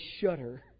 shudder